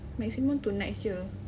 maximum two nights jer